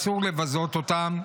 אסור לבזות אותם,